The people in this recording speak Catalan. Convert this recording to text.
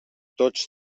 tots